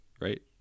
right